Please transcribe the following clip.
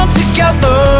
together